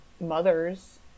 mothers